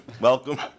Welcome